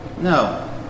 No